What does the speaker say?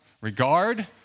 regard